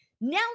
now